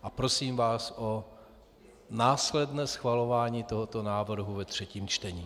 A prosím vás o následné schvalování tohoto návrhu ve třetím čtení.